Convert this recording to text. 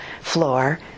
floor